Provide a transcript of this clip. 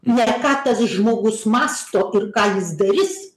ne ką tas žmogus mąsto ir ką jis darys